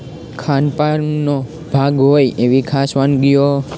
ખાનપાનનો ભાગ હોય એવી ખાસ વાનગીઓ